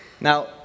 Now